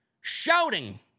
shouting